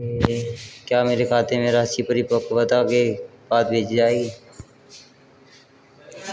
क्या मेरे खाते में राशि परिपक्वता के बाद भेजी जाएगी?